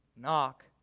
Knock